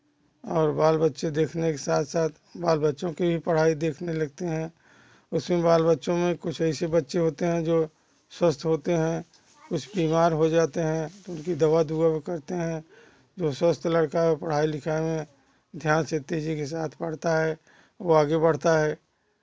और बाल बच्चे देखने के साथ साथ बाल बच्चों की भी पढ़ाई देखने लगते हैं उसमें बाल बच्चों में कुछ ऐसे बच्चे होते हैं जो स्वस्थ होते हैं कुछ बीमार हो जाते हैं उनकी दवा दुआ करते हैं जो स्वस्थ लड़का है वह पढ़ाई लिखाई में ध्यान तेज़ी के साथ पढ़ता है वह आगे बढ़ता है